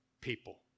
people